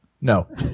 No